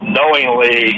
knowingly